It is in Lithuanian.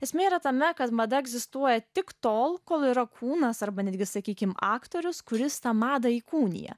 esmė yra tame kad mada egzistuoja tik tol kol yra kūnas arba netgi sakykime aktorius kuris tą madą įkūnija